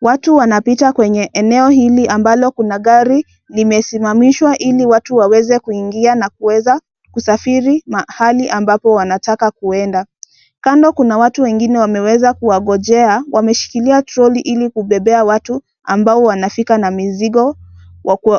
Watu wanapita kwenye eneo hili ambalo kuna gari limesimamishwa ili watu waweze kuingia na kuweza kusafiri mahali ambapo wanataka kuenda. Kando kuna watu wengine wameweza kuwangojea wameshkilia troli ili kubebea watu ambao wanafika na mizigo